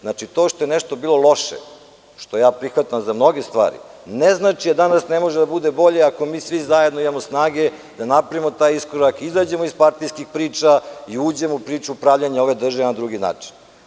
Znači, to što je nešto bilo loše, što ja prihvatam za mnoge stvari, ne znači da danas ne može da bude bolje ako mi svi zajedno imamo snage da napravimo taj iskorak, izađemo iz partijskih priča i uđemo u priču pravljenja ove države na drugi način.